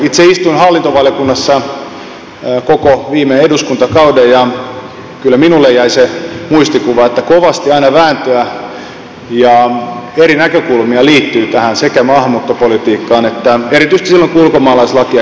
itse istuin hallintovaliokunnassa koko viime eduskuntakauden ja kyllä minulle jäi se muistikuva että kovasti aina vääntöä ja eri näkökulmia liittyi tähän maahanmuuttopolitiikkaan erityisesti silloin kun ulkomaalaislakia käsiteltiin